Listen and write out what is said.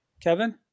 kevin